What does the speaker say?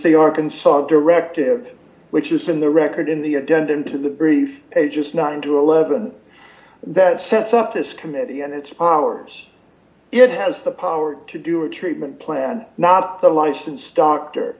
the arkansas directive which is in the record in the a dent into the brief a just not into eleven that sets up this committee and its powers it has the power to do a treatment plan not the licensed doctor